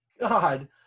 god